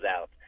out